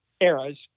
eras